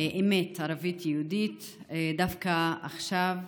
אמת ערבית-יהודית דווקא עכשיו.